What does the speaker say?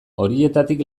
horietatik